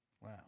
wow